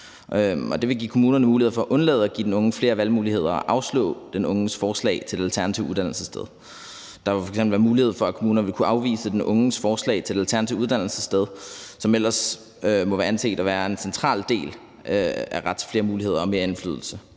det vil give kommunerne mulighed for at undlade at give den unge flere valgmuligheder og afslå den unges forslag til et alternativt uddannelsessted. Der vil f.eks. være mulighed for, at kommuner vil kunne afvise den unges forslag til et alternativt uddannelsessted, som ellers må anses for at være en central del af retten til flere muligheder og mere indflydelse.